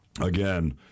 again